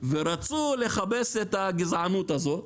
ורצו לכבס את הגזענות הזאת,